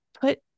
put